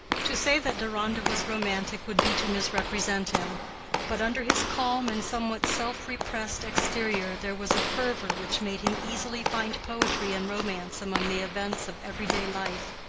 to say that deronda was romantic would be to misrepresent him but under his calm and somewhat self-repressed exterior there was a fervor which made him easily find poetry and romance among the events of every-day life.